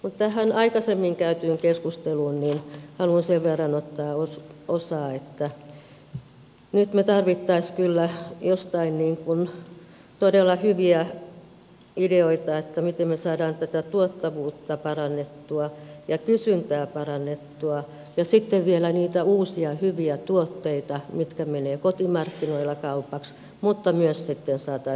mutta tähän aikaisemmin käytyyn keskusteluun haluan sen verran ottaa osaa että nyt me tarvitsisimme kyllä jostain todella hyviä ideoita miten me saamme tätä tuottavuutta parannettua ja kysyntää parannettua ja sitten vielä niitä uusia hyviä tuotteita mitkä menevät kotimarkkinoilla kaupaksi mutta myös sitten saataisiin ulkomaanvientiin